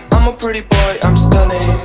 i'm a pretty boy, i'm stunning,